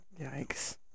Yikes